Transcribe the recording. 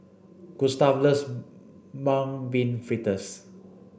Gustav loves mung bean fritters